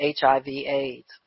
HIV-AIDS